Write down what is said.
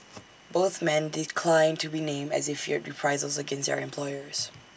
both men declined to be named as they feared reprisals against their employers